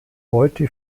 heute